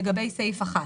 לגבי סעיף 1,